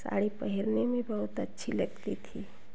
साड़ी पहनने में बहुत अच्छी लगती थी